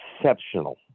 exceptional